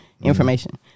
information